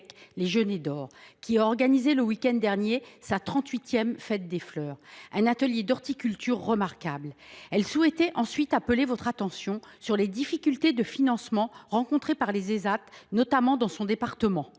de Briec, qui a organisé le week end dernier sa trente huitième Fête des fleurs, un atelier d’horticulture remarquable. Elle souhaitait ensuite appeler votre attention sur les difficultés de financement rencontrées par les Ésat, notamment dans son département.